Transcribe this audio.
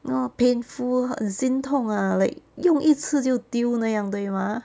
you know painful 很心痛 ah like 用一次就丢那样对吗